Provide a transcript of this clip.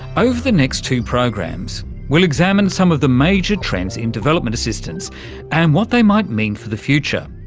over the next two programs we'll examine some of the major trends in development assistance and what they might mean for the future.